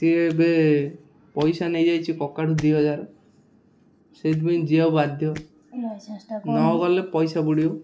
ସିଏ ଏବେ ପଇସା ନେଇଯାଇଛି କକା ଠୁ ଦୁଇ ହଜାର ସେଥିପାଇଁ ଯିବାକୁ ବାଧ୍ୟ ନ ଗଲେ ପଇସା ବୁଡ଼ିବ